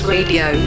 Radio